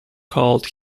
called